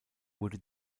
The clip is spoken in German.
wurde